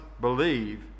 believe